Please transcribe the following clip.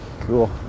Cool